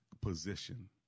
position